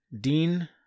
Dean